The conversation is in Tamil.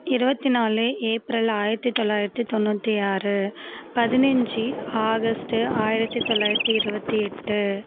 இருபத்தி நாலு ஏப்ரல் ஆயிரத்தி தொள்ளாயிரத்தி தொண்ணூற்றி ஆறு பதினைஞ்சு ஆகஸ்ட்டு ஆயிரத்தி தொள்ளாயிரத்தி இருபத்தி எட்டு